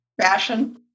fashion